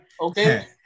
Okay